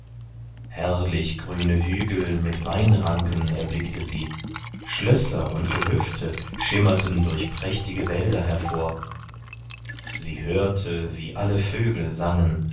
herrlich grüne hügel mit weinranken erblickte sie schlösser und gehöfte schimmerten durch prächtige wälder hervor sie hörte wie alle vögel sangen